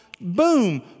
boom